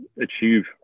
achieve